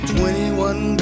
Twenty-one